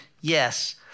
yes